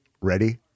Ready